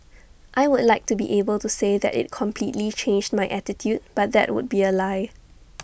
I would like to be able to say that IT completely changed my attitude but that would be A lie